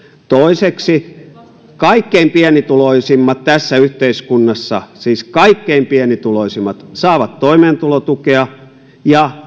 toiseksi kaikkien pienituloisimmat tässä yhteiskunnassa siis kaikkein pienituloisimmat saavat toimeentulotukea ja